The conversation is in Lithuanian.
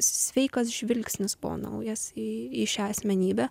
sveikas žvilgsnis buvo naujas į į šią asmenybę